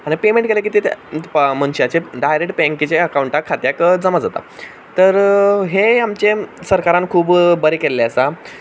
आतां पेमेंट केलें की मनशाचे डायरेक्ट बॅंकेचे अकाउंटांत खात्यांत जमा जाता तर हें आमचें सरकारान खूब बरें केल्लें आसा